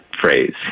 phrase